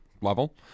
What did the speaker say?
level